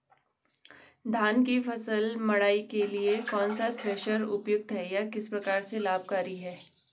धान की फसल मड़ाई के लिए कौन सा थ्रेशर उपयुक्त है यह किस प्रकार से लाभकारी है?